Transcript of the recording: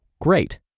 great